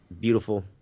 beautiful